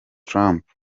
trump